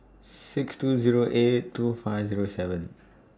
six two Zero eight two five Zero seven